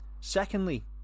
secondly